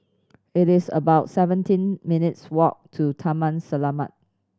it is about seventeen minutes walk to Taman Selamat